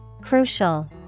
Crucial